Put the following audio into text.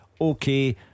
okay